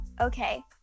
Okay